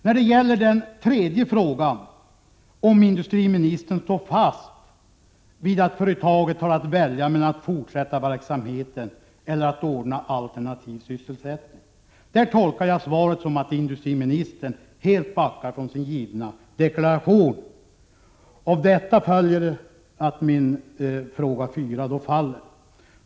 När det gäller den tredje frågan, om industriministern står fast vid att företaget har att välja mellan att fortsätta verksamheten och att ordna alternativ sysselsättning, tolkar jag svaret så, att industriministern helt backar sin givna deklaration. Av detta följer att min fråga fyra faller.